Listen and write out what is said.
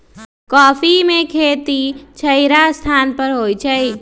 coffee में खेती छहिरा स्थान पर होइ छइ